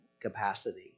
capacity